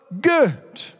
good